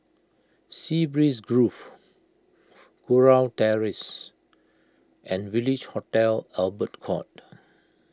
Sea Breeze Grove Kurau Terrace and Village Hotel Albert Court